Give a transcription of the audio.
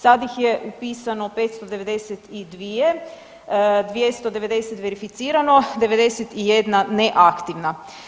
Sad ih je upisano 592, 290 verificirano, 91 neaktivna.